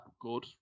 good